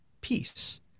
peace